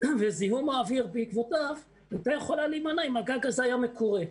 וזיהום האוויר בעקבותיו הייתה יכולה להימנע אם הגג הזה היה מקורה,